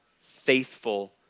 faithful